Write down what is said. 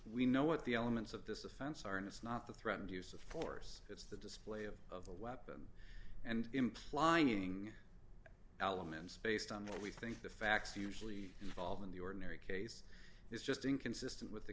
we know what the elements of this offense are and it's not the threatened use of force it's the display of of the weapon and implying elements based on what we think the facts usually involved in the ordinary case is just inconsistent with the